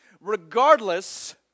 regardless